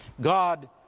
God